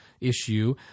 issue